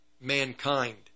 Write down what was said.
mankind